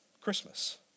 Christmas